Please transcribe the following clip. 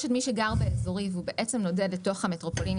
יש מי שגר באזורי והוא נודד לתוך המטרופולין,